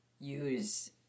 use